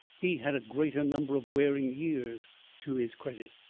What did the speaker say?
he had a greater number of wearing years to his credit.